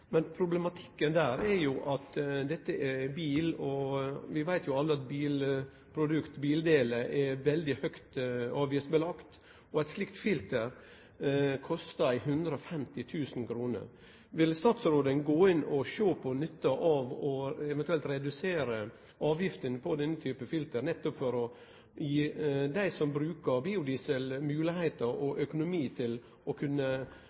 Men problematikken der er jo at dette er bil, og vi veit jo alle at bilprodukt, bildelar, er det veldig høge avgifter på, og at slikt filter kostar 150 000 kr. Vil statsråden gå inn og sjå på nytta av eventuelt å redusere avgifta på denne typen filter nettopp for å gi dei som brukar biodiesel, moglegheit og økonomi til å kunne